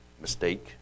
mistake